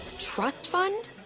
trust fund?